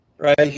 Right